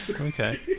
Okay